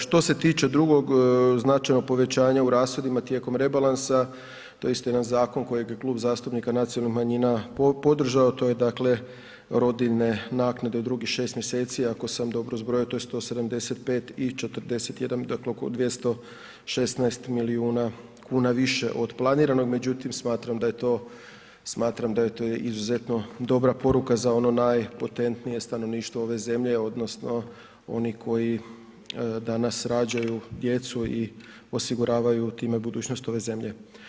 Što se tiče drugog značajnog povećanja u rashodima tijekom rebalansa, to je isto jedan zakon kojeg je Klub zastupnika nacionalnih manjina podržao, to je dakle rodiljne naknade u drugih 6. mjeseci ako sam dobro zbrojio, to je 175 i 41, dakle oko 216 milijuna kuna više od planiranog, međutim smatram da je to, smatram da je to izuzetno dobra poruka za ono najpotentnije stanovništvo ove zemlje odnosno oni koji danas rađaju djecu i osiguravaju time budućnost ove zemlje.